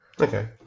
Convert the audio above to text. okay